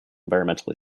environmental